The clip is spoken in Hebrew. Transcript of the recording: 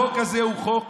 החוק הזה הוא חוק